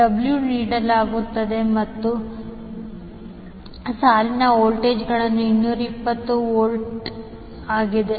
W ನೀಡಲಾಗುತ್ತದೆ ಮತ್ತು ಸಾಲಿನ ವೋಲ್ಟೇಜ್ಗಳು 220 ವೋಲ್ಟ್ ಆಗಿದೆ